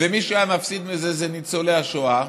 ומי שהיה מפסיד מזה זה ניצולי השואה,